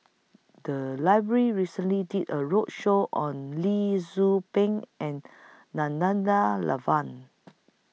The Library recently did A roadshow on Lee Tzu Pheng and Nana DA La Van